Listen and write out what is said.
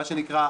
מה שנקרא,